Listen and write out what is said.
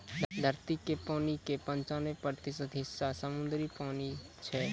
धरती के पानी के पंचानवे प्रतिशत हिस्सा समुद्री पानी छै